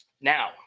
Now